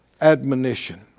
admonition